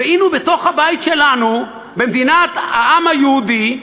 ואילו בתוך הבית שלנו, במדינת העם היהודי,